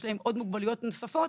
יש להם מוגבלויות נוספות,